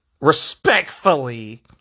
respectfully